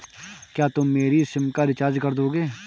क्या तुम मेरी सिम का रिचार्ज कर दोगे?